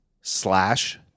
slash